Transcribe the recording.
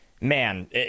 man